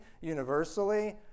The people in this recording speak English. universally